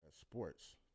sports